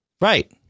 Right